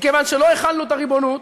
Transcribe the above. כיוון שלא החלנו את הריבונות,